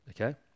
Okay